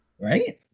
right